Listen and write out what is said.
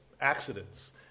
accidents